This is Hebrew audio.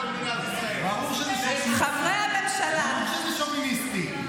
ושלמה קרעי אומר שזה נאום שוביניסטי,